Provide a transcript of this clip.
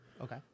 Okay